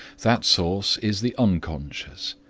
that source is the unconscious.